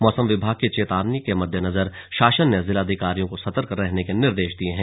मौसम विभाग की चेतावनी के मद्देनजर शासन ने जिलाधिकारियों को सतर्क रहने के निर्देश दिए हैं